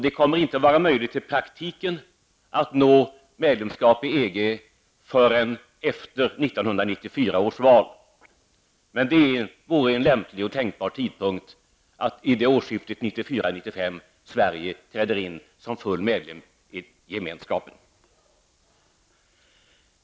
Det kommer inte att vara möjligt i praktiken att nå medlemskap i EG förrän efter 1994 års val, men det vore en lämplig och tänkbar tidpunkt att vid årsskiftet 1994-1995 Sverige träder in som full medlem i gemenskapen.